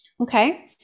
okay